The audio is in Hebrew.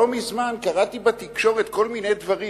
לא מזמן קראתי בתקשורת כל מיני דברים,